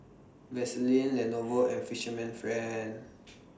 Vaseline Lenovo and Fisherman's Friend